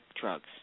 drugs